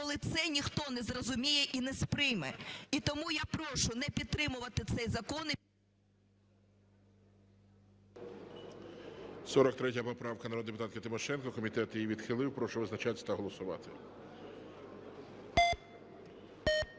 коли це ніхто не зрозуміє і не сприйме? І тому я прошу не підтримувати цей закон…